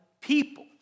people